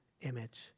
image